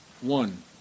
one